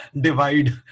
divide